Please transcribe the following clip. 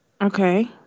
Okay